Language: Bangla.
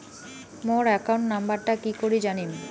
মোর একাউন্ট নাম্বারটা কি করি জানিম?